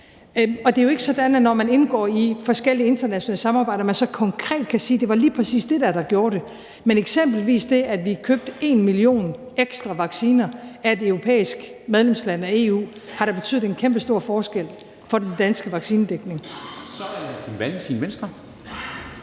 Og det er jo ikke sådan, at man, når man indgår i forskellige internationale samarbejder, konkret kan sige: Det var lige præcis det der, der gjorde det. Men eksempelvis det, at vi købte 1 million ekstra vacciner af et europæisk medlemsland af EU, har da betydet en kæmpe stor forskel for den danske vaccinedækning. Kl. 00:24 Formanden